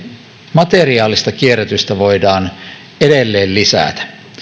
materiaalista kierrätystä voidaan edelleen lisätä